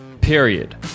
period